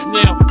now